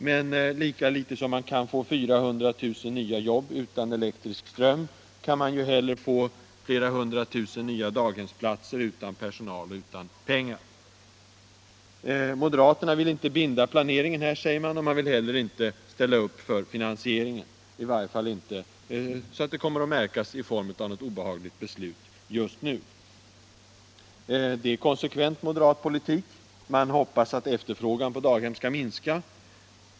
Men lika litet som man kan få 400 000 nya jobb utan elektrisk ström, kan man få flera hundratusen daghemsplatser utan personal och utan pengar. Moderaterna vill inte binda planeringen, säger de, och de vill inte heller ställa upp för finansieringen — i varje fall inte så att det kommer att märkas i form av något obehagligt beslut just nu. Det är konsekvent moderat politik. Man hoppas att efterfrågan på daghem skall minska.